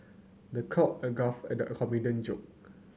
the a guffawed at the joke